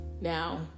Now